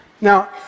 Now